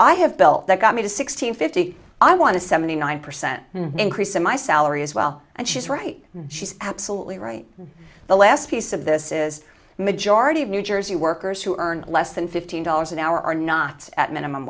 i have built that got me to six hundred fifty i want to seventy nine percent increase in my salary as well and she's right she's absolutely right the last piece of this is a majority of new jersey workers who earn less than fifteen dollars an hour are not at minimum